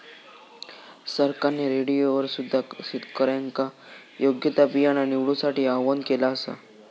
सरकारने रेडिओवर सुद्धा शेतकऱ्यांका योग्य ता बियाणा निवडूसाठी आव्हाहन केला आसा